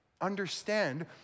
Understand